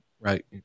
right